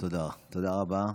תודה רבה.